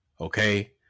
okay